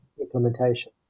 implementation